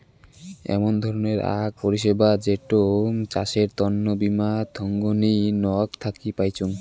এমন ধরণের আক পরিষেবা যেটো চাষের তন্ন বীমা থোঙনি নক থাকি পাইচুঙ